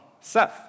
Seth